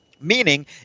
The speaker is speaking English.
Meaning